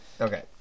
okay